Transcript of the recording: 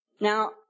Now